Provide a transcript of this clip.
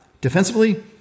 defensively